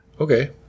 Okay